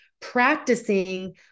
practicing